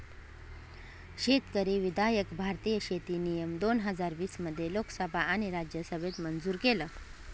शेतकरी विधायक भारतीय शेती नियम दोन हजार वीस मध्ये लोकसभा आणि राज्यसभेत मंजूर केलं